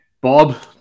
Bob